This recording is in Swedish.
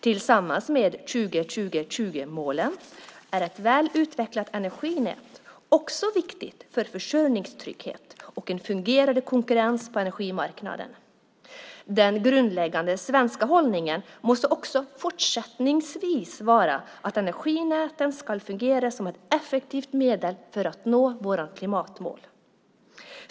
Tillsammans med 20-20-20-målen är ett väl utvecklat energinät viktigt för försörjningstrygghet och för en fungerande konkurrens på energimarknaden. Den grundläggande svenska hållningen måste också fortsättningsvis vara att energinäten ska fungera som ett effektivt medel för att nå klimatmålen.